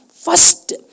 first